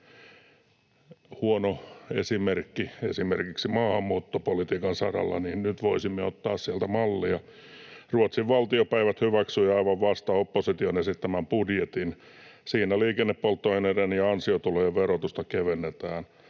huono esimerkki esimerkiksi maahanmuuttopolitiikan saralla, niin nyt voisimme ottaa sieltä mallia. Ruotsin valtiopäivät hyväksyi aivan vasta opposition esittämän budjetin. Siinä liikennepolttoaineiden ja ansiotulojen verotusta kevennetään.